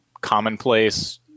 commonplace